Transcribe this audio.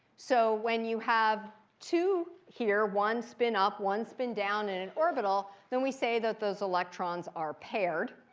so when you have two here, one spin up, one spin down in an orbital, then we say that those electrons are paired.